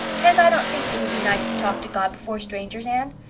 cause i don't think it would be nice to talk to god before strangers, anne.